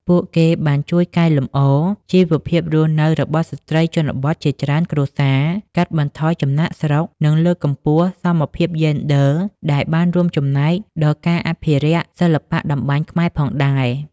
ពួកគេបានជួយកែលម្អជីវភាពរស់នៅរបស់ស្ត្រីជនបទជាច្រើនគ្រួសារ កាត់បន្ថយចំណាកស្រុក និងលើកកម្ពស់សមភាពយេនឌ័រ ដែលបានរួមចំណែកដល់ការអភិរក្សសិល្បៈតម្បាញខ្មែរផងដែរ ។